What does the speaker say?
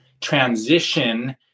transition